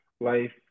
life